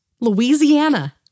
Louisiana